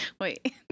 Wait